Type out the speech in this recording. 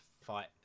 fight